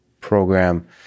program